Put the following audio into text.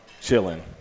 chilling